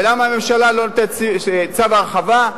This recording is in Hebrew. ולמה הממשלה לא נותנת צו הרחבה?